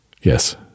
Yes